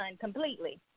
completely